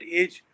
age